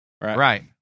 Right